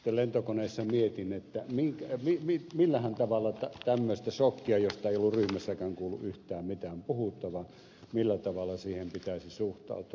lentokoneessa mietin millähän tavalla tämmöiseen sokkiin josta ei ollut ryhmässäkään kuullut yhtään mitään puhuttavan pitäisi suhtautua